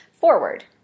forward